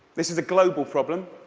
this is a global problem.